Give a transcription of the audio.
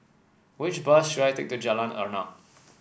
which bus should I take to Jalan Arnap